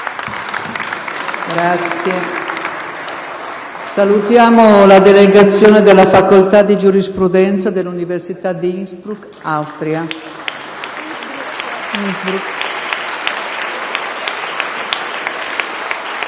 Salutiamo una delegazione della Facoltà di giurisprudenza dell'Università di Innsbruck, in Austria.